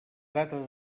data